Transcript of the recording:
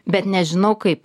bet nežinau kaip